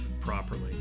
properly